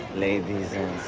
ladies,